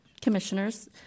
Commissioners